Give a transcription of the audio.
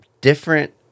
different